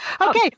Okay